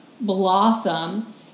blossom